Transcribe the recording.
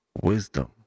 wisdom